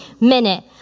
minute